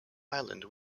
island